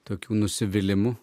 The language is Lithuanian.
tokių nusivylimų